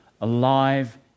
alive